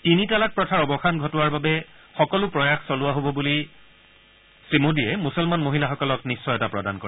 তিনি তালাক প্ৰথাৰ অৱসান ঘটোৱাৰ বাবে সকলো প্ৰয়াস চলোৱা হব বুলি শ্ৰীমোডীয়ে মুছলমান মহিলাসকলক নিশ্চয়তা প্ৰদান কৰে